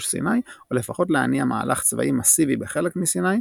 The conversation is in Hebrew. סיני או לפחות להניע מהלך צבאי מאסיבי בחלק מסיני,